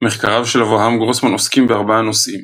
מחקריו של אברהם גרוסמן עוסקים בארבעה נושאים